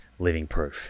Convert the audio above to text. livingproof